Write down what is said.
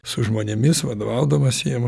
su žmonėmis vadovaudamas jiem